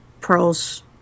pearls